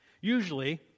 usually